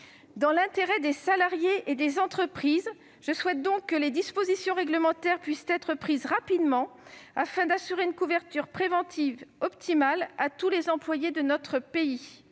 Dans l'intérêt des salariés et des entreprises, je souhaite donc que les dispositions réglementaires puissent être prises rapidement afin d'assurer une couverture préventive optimale à tous les employés de notre pays.